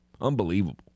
Unbelievable